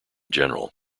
general